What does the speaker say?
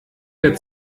der